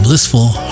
Blissful